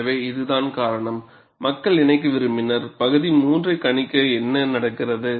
எனவே இதுதான் காரணம் மக்கள் இணைக்க விரும்பினர் பகுதி மூன்றை கணிக்க என்ன நடக்கிறது